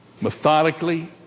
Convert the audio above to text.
methodically